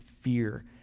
fear